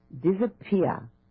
disappear